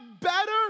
better